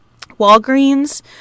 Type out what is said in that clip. Walgreens